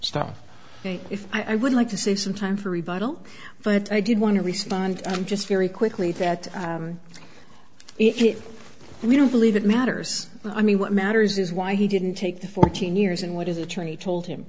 stuff if i would like to see some time for rebuttal but i did want to respond just very quickly that if we don't believe it matters i mean what matters is why he didn't take the fourteen years and what his attorney told him